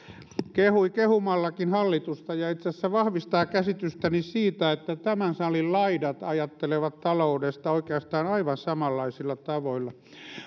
kehui kehumallakin hallitusta ja se itse asiassa vahvistaa käsitystäni siitä että tämän salin laidat ajattelevat taloudesta oikeastaan aivan samanlaisilla tavoilla